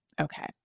okay